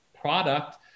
product